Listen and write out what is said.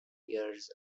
years